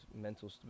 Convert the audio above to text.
mental